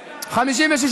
שעה),